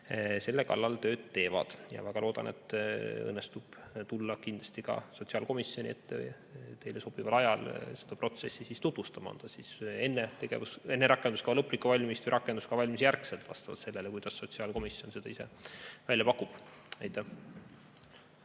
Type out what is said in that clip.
selle kallal tööd teevad. Väga loodan, et õnnestub tulla ka sotsiaalkomisjoni ette teile sobival ajal seda protsessi tutvustama, kas enne rakenduskava lõplikku valmimist või rakenduskava valmimise järgselt, vastavalt sellele, kuidas sotsiaalkomisjon ise välja pakub. Aitäh!